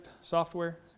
software